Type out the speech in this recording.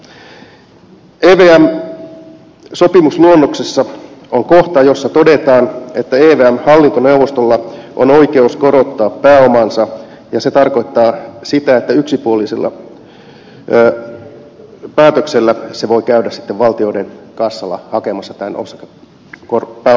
evm sopimusluonnoksessa on kohta jossa todetaan että evmn hallintoneuvostolla on oikeus korottaa pääomaansa ja se tarkoittaa sitä että yksipuolisella päätöksellä se voi käydä valtioiden kassalla hakemassa pääoman korotuksen